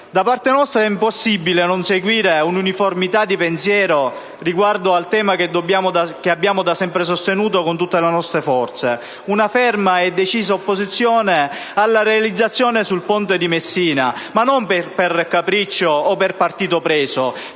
Da parte nostra è impossibile non seguire un'uniformità di pensiero riguardo al tema che abbiamo da sempre sostenuto con tutte le nostre forze: una ferma e decisa opposizione alla realizzazione del ponte di Messina, e non per capriccio o per partito preso,